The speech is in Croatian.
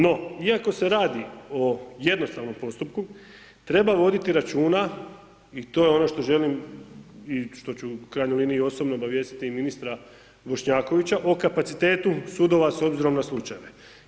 No, iako se radi o jednostavnom postupku treba voditi računa i to je ono što želim i što ću u krajnjoj liniji i osobno obavijestiti ministra Bošnjakovića o kapacitetu sudova s obzirom na slučajeve.